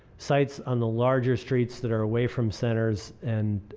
sites on the larger streets that are away from centers and